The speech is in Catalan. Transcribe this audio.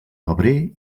febrer